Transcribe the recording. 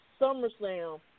SummerSlam